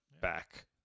back